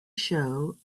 show